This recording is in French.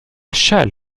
châle